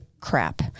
crap